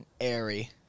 Airy